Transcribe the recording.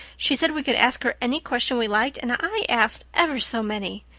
she said we could ask her any question we liked and i asked ever so many.